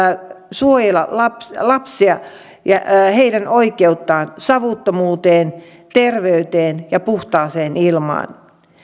suojella lapsia ja lapsia ja heidän oikeuttaan savuttomuuteen terveyteen ja puhtaaseen ilmaan